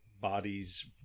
bodies